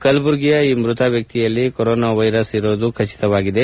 ಕಲಬುರಗಿಯ ಈ ಮೃತ ವ್ಚಕ್ತಿಯಲ್ಲಿ ಕೊರೊನಾ ವೈರಸ್ ಇರೋದು ಖಚಿತವಾಗಿದೆ